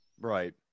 right